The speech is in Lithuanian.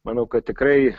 manau kad tikrai